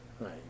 Right